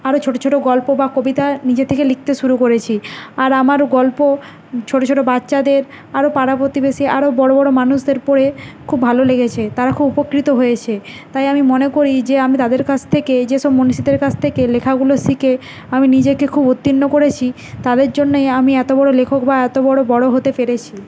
আরো ছোটো ছোটো গল্প বা কবিতা নিজের থেকে লিখতে শুরু করেছি আর আমার গল্প ছোটো ছোটো বাচ্চাদের আরও পাড়া প্রতিবেশী আরো বড়ো বড়ো মানুষদের পড়ে খুব ভালো লেগেছে তারা খুব উপকৃত হয়েছে তাই আমি মনে করি যে আমি তাদের কাছ থেকে যেসব মনীষীদের কাছ থেকে লেখাগুলো শিখে আমি নিজেকে খুব উত্তীর্ণ করেছি তাদের জন্যই আমি এত বড়ো লেখক বা এত বড়ো বড়ো হতে পেরেছি